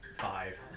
Five